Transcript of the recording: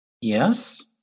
Yes